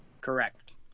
Correct